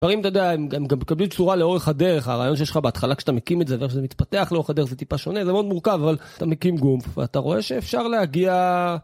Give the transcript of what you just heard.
דברים, אתה יודע, הם גם מקבלים צורה לאורך הדרך. הרעיון שיש לך בהתחלה כשאתה מקים את זה ועד שזה מתפתח לאורך הדרך זה טיפה שונה זה מאוד מורכב אבל אתה מקים גוף ואתה רואה שאפשר להגיע.